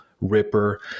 Ripper